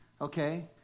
Okay